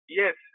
yes